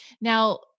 now